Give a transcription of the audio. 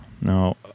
no